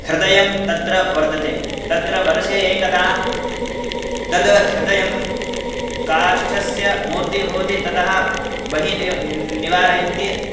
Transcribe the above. हृदयं तत्र वर्तते तत्र वर्षे एकदा तद् हृदयं काष्ठस्य मूर्तिः भवति ततः बहिः नि निवारयन्ति